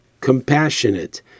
compassionate